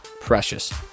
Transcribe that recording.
precious